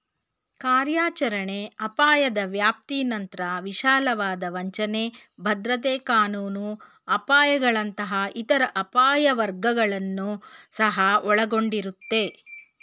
ಕಾರ್ಯಾಚರಣೆ ಅಪಾಯದ ವ್ಯಾಪ್ತಿನಂತ್ರ ವಿಶಾಲವಾದ ವಂಚನೆ, ಭದ್ರತೆ ಕಾನೂನು ಅಪಾಯಗಳಂತಹ ಇತರ ಅಪಾಯ ವರ್ಗಗಳನ್ನ ಸಹ ಒಳಗೊಂಡಿರುತ್ತೆ